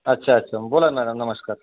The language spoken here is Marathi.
अच्छा अच्छा बोला मॅळम नमस्कार